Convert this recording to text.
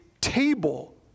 table